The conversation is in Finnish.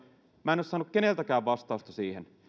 minä en ole saanut keneltäkään vastausta siihen